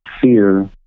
fear